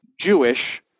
Jewish